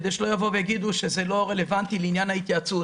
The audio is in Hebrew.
כדי שלא יבואו ויגידו שזה לא רלוונטי לעניין ההתייעצות,